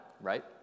right